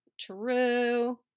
True